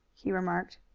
he remarked.